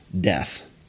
death